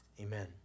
amen